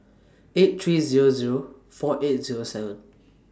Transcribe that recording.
eight three Zero Zero four eight Zero seven